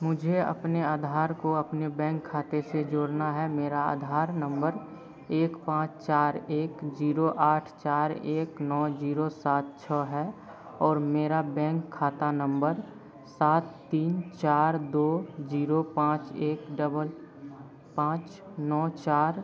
मुझे अपने आधार को अपने बैंक खाते से जोड़ना है मेरा आधार नम्बर एक पाँच चार एक जीरो आठ चार एक नौ जीरो सात छः है और मेरा बैंक खाता नम्बर सात तीन चार दो जीरो पाँच एक डबल पाँच नौ चार